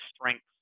strengths